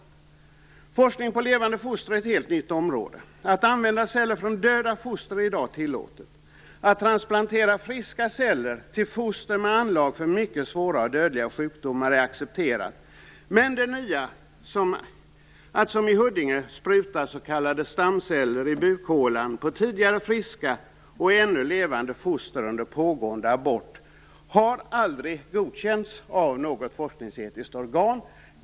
Forskning på levande foster är ett helt nytt område. Att använda celler från döda foster är i dag tillåtet. Att transplantera friska celler till foster med anlag för mycket svåra och dödliga sjukdomar är accepterat. Men det nya, att som i Huddinge spruta s.k. stamceller i bukhålan på tidigare friska och ännu levande foster under en pågående abort, har aldrig godkänts av något forskningsetiskt organ.